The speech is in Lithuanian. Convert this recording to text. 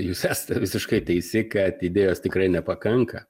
jūs esate visiškai teisi kad idėjos tikrai nepakanka